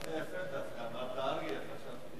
התחלת יפה, אמרת "אריה".